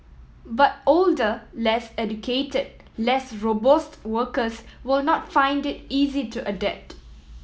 but older less educated less robust workers will not find it easy to adapt